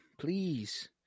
please